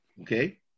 Okay